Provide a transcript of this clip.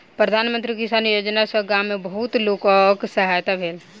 प्रधान मंत्री किसान योजना सॅ गाम में बहुत लोकक सहायता भेल